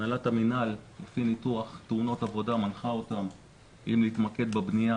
הנהלת המינהל לפי ניתוח תאונות עבודה מנחה אותם אם להתמקד בבנייה,